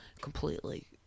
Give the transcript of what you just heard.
completely